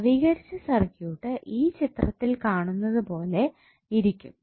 നവീകരിച്ച സർക്യൂട്ട് ഈ ചിത്രത്തിൽ കാണുന്നതുപോലെ ഇരിക്കും